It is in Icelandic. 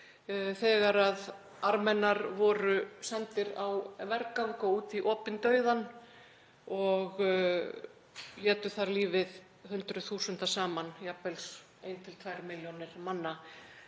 þegar Armenar voru sendir á vergang og út í opinn dauðann og létu lífið hundruð þúsunda saman, jafnvel ein til tvær milljónir manna.